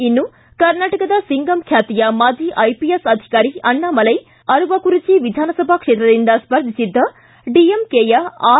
ಇನ್ನು ಕರ್ನಾಟಕದ ಸಿಂಗಂ ಬ್ಯಾತಿಯ ಮಾಜಿ ಐಪಿಎಸ್ ಅಧಿಕಾರಿ ಅಣ್ಣಾಮಲೈ ಅರ್ವಕುರಿಚಿ ವಿಧಾನಸಭಾ ಕ್ಷೇತ್ರದಿಂದ ಸ್ಪರ್ಧಿಸಿದ್ದ ಡಿಎಂಕೆಯ ಆರ್